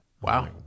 Wow